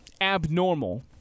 abnormal